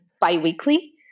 biweekly